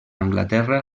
anglaterra